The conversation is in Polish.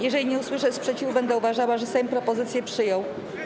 Jeżeli nie usłyszę sprzeciwu, będę uważała, że Sejm propozycję przyjął.